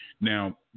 Now